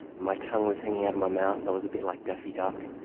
my tongue was hanging out of my mouth, i was a bit like daffy duck,